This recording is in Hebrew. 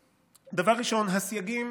הסייגים,